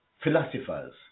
philosophers